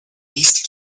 least